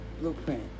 Blueprint